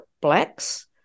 blacks